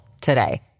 today